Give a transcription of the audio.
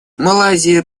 малайзия